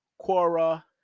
Quora